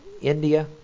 India